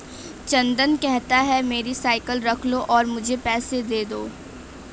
चंदन कहता है, मेरी साइकिल रख लो और मुझे पैसे दे दो